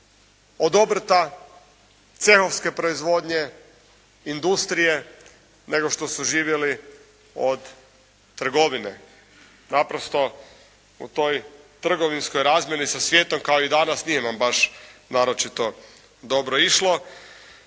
od obrta, cehovske proizvodnje, industrije, nego što su živjeli od trgovine. Naprosto u toj trgovinskoj razmjeni sa svijetom kao i danas nije nam baš naročito dobro išlo,